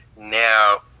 now